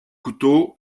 couteaux